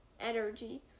energy